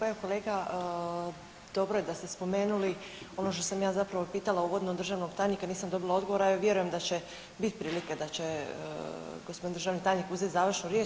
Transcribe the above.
Pa evo kolega, dobro je da ste spomenuli ono što sam ja zapravo pitala uvodno državnog tajnika i nisam dobila odgovor, ali vjerujem da će biti prilike, da će gospodin državni tajnik uzet završnu riječ.